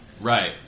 Right